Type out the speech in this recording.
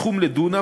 סכום לדונם,